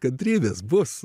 kantrybės bus